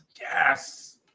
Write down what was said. yes